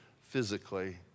physically